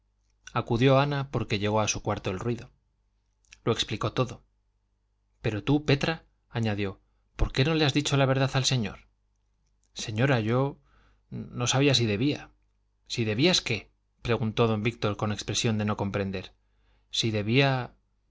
acudió ana porque llegó a su cuarto el ruido lo explicó todo pero tú petra añadió por qué no le has dicho la verdad al señor señora yo no sabía si debía si debías qué preguntó don víctor con expresión de no comprender si debía